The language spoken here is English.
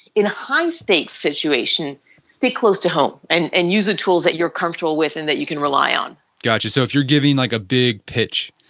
in high state situation stay close to home and and use the tools that you're comfortable within that you can rely on got you. so if you're giving like a big pitch,